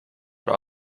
ära